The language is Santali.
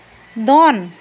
ᱫᱚᱱ